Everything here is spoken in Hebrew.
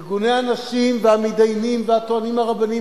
ארגוני הנשים והמתדיינים והטוענים הרבניים